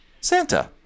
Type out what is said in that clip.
Santa